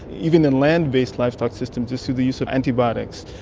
even in land-based livestock systems, is through the use of antibiotics.